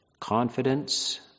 confidence